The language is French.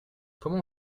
comment